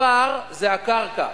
הפער זה הקרקע.